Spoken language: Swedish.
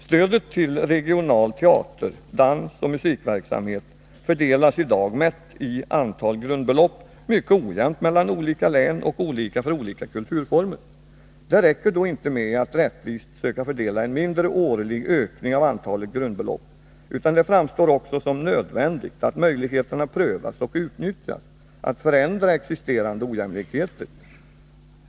Stödet till regional teater-, dansoch musikverksamhet fördelas i dag mätt i antal grundbelopp mycket ojämnt mellan olika län och olika för olika kulturformer. Det räcker då inte med att rättvist söka fördela en mindre årlig ökning av antalet grundbelopp, utan det framstår också som nödvändigt att möjligheterna prövas och utnyttjas att förändra existerande ojämlikheter.